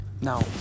Now